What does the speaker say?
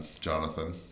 Jonathan